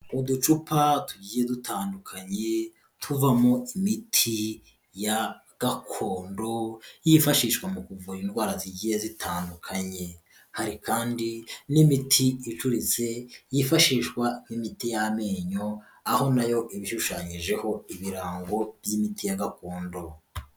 Uducupa tugiye dutandukanye tuvamo imiti ya gakondo, yifashishwa mu kuvura indwara zigiye zitandukanye, hari kandi n'imiti ituretse yifashishwa nk'imiti y'amenyo aho nayo iba ishushanyijeho ibirango by'imiti ya gakondo.